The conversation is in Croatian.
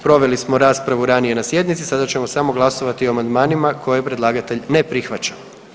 Proveli smo raspravu ranije na sjednici, sada ćemo samo glasovati o amandmanima koje predlagatelj ne prihvaća.